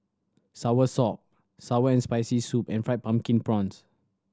soursop sour and Spicy Soup and Fried Pumpkin Prawns